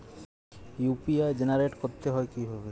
UPI generate করতে হয় কিভাবে?